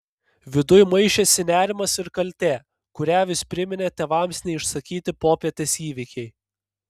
viduj maišėsi nerimas ir kaltė kurią vis priminė tėvams neišsakyti popietės įvykiai